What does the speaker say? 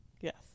Yes